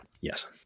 Yes